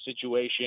situation